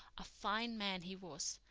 a fine man he was,